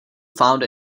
found